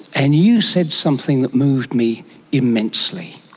and you said something that moved me immensely.